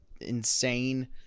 insane